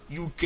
UK